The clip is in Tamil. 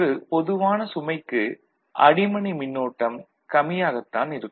ஒரு பொதுவான சுமைக்கு அடிமனை மின்னோட்டம் கம்மியாகத் தான் இருக்கும்